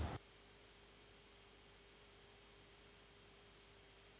Hvala.